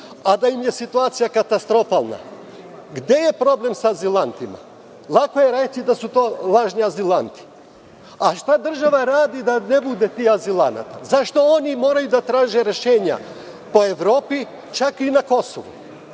a da im je situacija katastrofalna, gde je problem sa azilantima? Lako je reći da su to lažni azilanti. Šta država radi da ne bude tih azilanata? Zašto oni moraju da traže rešenja po Evropi, čak i na Kosovu?